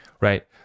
right